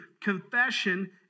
confession